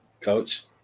Coach